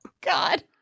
God